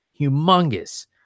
humongous